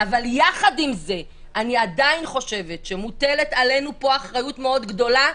אבל יחד עם זה אני עדיין חושבת שמוטלת עלינו פה אחריות מאוד גדולה,